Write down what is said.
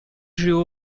drew